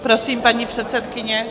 Prosím, paní předsedkyně.